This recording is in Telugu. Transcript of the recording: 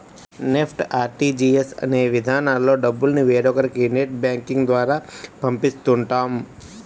నెఫ్ట్, ఆర్టీజీయస్ అనే విధానాల్లో డబ్బుల్ని వేరొకరికి నెట్ బ్యాంకింగ్ ద్వారా పంపిస్తుంటాం